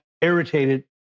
irritated